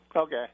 Okay